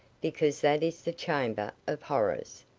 because that is the chamber of horrors.